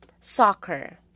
Soccer